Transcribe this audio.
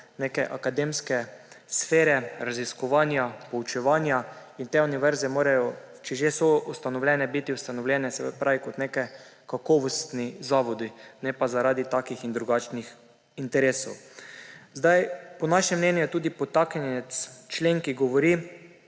neke akademske sfere, raziskovanja, poučevanja in te univerze morajo, če že so ustanovljene, biti ustanovljene kot neki kakovostni zavodi, ne pa zaradi takih in drugačnih interesov. Po našem mnenju je podtaknjenec tudi člen, ki pravi,